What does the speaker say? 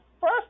First